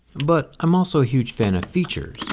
but i'm also a huge fan of features.